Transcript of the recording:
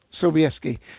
Sobieski